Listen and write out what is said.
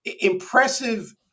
impressive